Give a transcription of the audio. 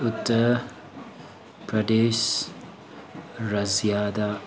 ꯎꯠꯇꯔ ꯄ꯭ꯔꯗꯦꯁ ꯔꯥꯖ꯭ꯌꯥꯗ